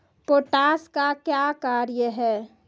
Potash का क्या कार्य हैं?